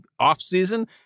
offseason